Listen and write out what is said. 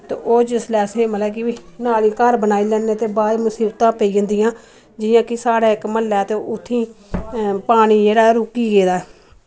ते ओह् जिसलै असैं मतलव कि नाली घर बनाई लैन्ने ते बाद च मुसिबतां पेई जंदिआं न जिआं की साढ़ै इक मोह्ल्ला ऐ उत्थैं पानी जेह्ड़ा रूक्की गेदा ऐ